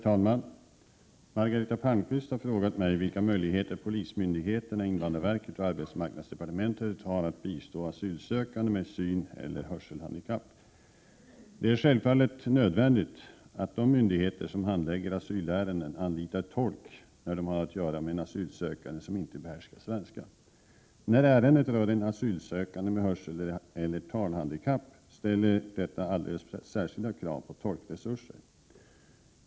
Herr talman! Margareta Palmqvist har frågat mig vilka möjligheter polismyndigheterna, invandrarverket och arbetsmarknadsdepartementet har att bistå asylsökande som har syneller hörselhandikapp. Det är självfallet nödvändigt att de myndigheter som handlägger asylärenden anlitar tolk när de har att göra med en asylsökande som inte behärskar svenska. När ärendet rör en asylsökande med hörseleller talhandikapp ställer detta alldeles särskilda krav på tolkresurser.